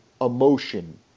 emotion